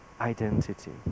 identity